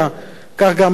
ככה גם אני מצפה